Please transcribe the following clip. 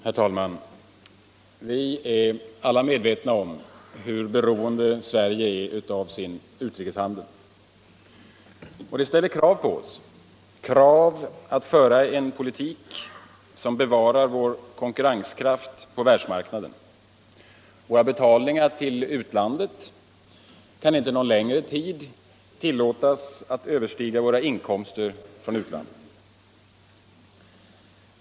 Herr talman! Vi är alla medvetna om hur beroende Sverige är av sin utrikeshandel. Detta ställer krav på oss att föra en politik som bevarar vår konkurrenskraft på världsmarknaden. Våra betalningar till utlandet kan inte någon längre tid tillåtas överstiga våra inkomster från utlandet.